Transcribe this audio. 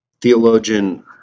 Theologian